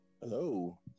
hello